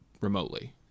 remotely